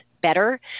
better